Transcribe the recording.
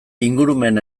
ingurumen